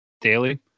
daily